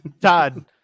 Todd